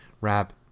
rap